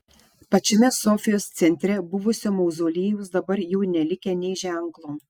pačiame sofijos centre buvusio mauzoliejaus dabar jau nelikę nė ženklo